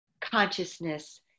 consciousness